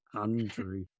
Andrew